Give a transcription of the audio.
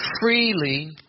freely